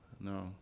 no